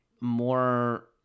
more